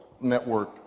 network